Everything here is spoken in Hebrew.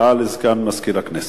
הודעה לסגן מזכיר הכנסת.